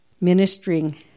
ministering